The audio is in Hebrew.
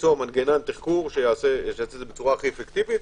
ליצור מנגנון תחקור שיעשה את זה בצורה הכי אפקטיבית.